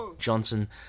Johnson